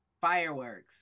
Fireworks